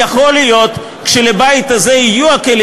יכול להיות שכשלבית הזה יהיו הכלים